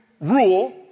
rule